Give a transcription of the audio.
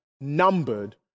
numbered